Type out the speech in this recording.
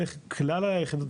כלל הדירות